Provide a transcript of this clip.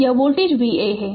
तो यह voltage Va है